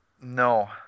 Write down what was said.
No